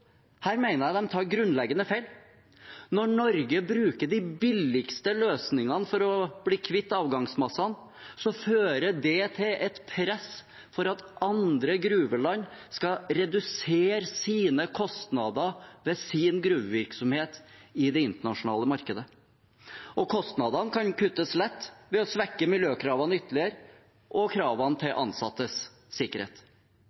Her mener jeg de tar grunnleggende feil. Når Norge bruker de billigste løsningene for å bli kvitt avgangsmassene, fører det til et press for at andre gruveland skal redusere sine kostnader med sin gruvevirksomhet i det internasjonale markedet. Og kostnadene kan lett kuttes ved å svekke miljøkravene og kravene til